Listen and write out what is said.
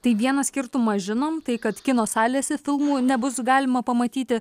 tai vieną skirtumą žinom tai kad kino salėse filmų nebus galima pamatyti